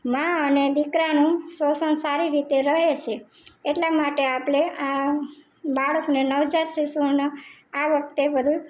મા અને દીકરાનું શ્વસન સારી રીતે રહેશે એટલા માટે આપણે આ બાળકને નવજાત શિશુઓના આ વખતે વધુ